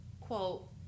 quote